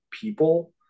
people